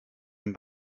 den